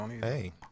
hey